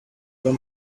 won